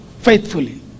faithfully